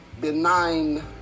benign